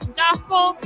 gospel